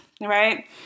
right